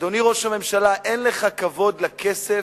אדוני ראש הממשלה, אין לך כבוד לכסף,